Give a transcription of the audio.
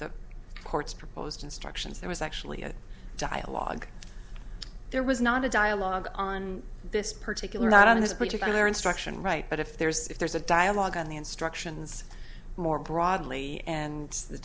the court's proposed instructions there was actually a dialogue there was not a dialogue on this particular not in this particular instruction right but if there's if there's a dialogue on the instructions more broadly and the